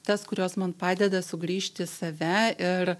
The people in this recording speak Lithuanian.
tas kurios man padeda sugrįžt į save ir